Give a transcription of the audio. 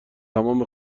تمام